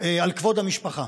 על כבוד המשפחה.